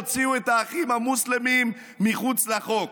הוציאו את האחים המוסלמים מחוץ לחוק,